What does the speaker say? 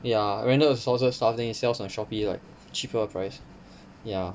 ya random assorted stuff then he sells on Shopee like cheaper price ya